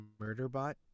Murderbot